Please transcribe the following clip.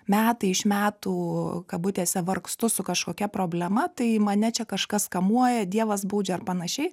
metai iš metų kabutėse vargstu su kažkokia problema tai mane čia kažkas kamuoja dievas baudžia ar panašiai